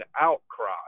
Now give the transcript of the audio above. outcry